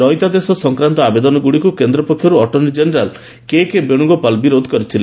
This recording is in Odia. ରହିତାଦେଶ ସଂକ୍ରାନ୍ତ ଆବେଦନଗୁଡ଼ିକୁ କେନ୍ଦ୍ର ପକ୍ଷରୁ ଆଟର୍ଣ୍ଣି କେନେରାଲ୍ କେକେ ବେଣୁଗୋପାଳ ବିରୋଧ କରିଥିଲେ